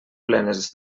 plenes